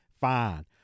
fine